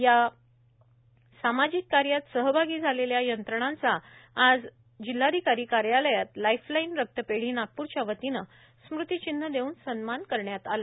या सामाजिक कार्यात सहभागी झालेल्या यंत्रणांचा आज जिल्हाधिकारी कार्यालयात लाईफ लाईन रक्त पेढी नागप्रच्या वतीने स्मृतीचिन्ह देऊन सन्मान करण्यात आला